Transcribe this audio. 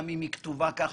גם אם היא כתובה כך,